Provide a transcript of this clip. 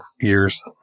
years